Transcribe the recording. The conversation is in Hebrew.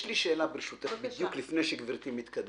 יש לי שאלה ברשותך, לפני שגברתי מתקדמת: